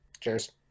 Cheers